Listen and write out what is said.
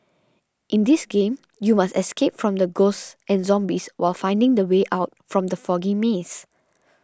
in this game you must escape from the ghosts and zombies while finding the way out from the foggy maze